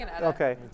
okay